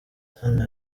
hassan